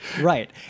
Right